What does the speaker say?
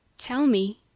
tell me,